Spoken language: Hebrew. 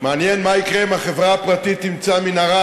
מעניין מה יקרה אם החברה הפרטית תמצא מנהרה.